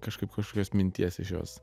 kažkaip kažkokios minties iš jos